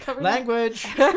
Language